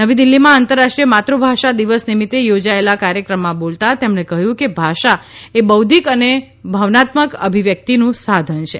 નવી દિલ્હીમાં આંતરરાષ્ટ્રીય માતૃભાષા દિવસ નિમિત્તે યોજાયેલા કાર્યક્રમમાં બોલતાં તેમણે કહ્યુંકે ભાષા એ બૌઘ્યિક અને ભવનાત્મક અભિવ્યકિતનું સાધન છે